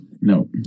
no